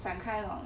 想开